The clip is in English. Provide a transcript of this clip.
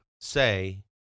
say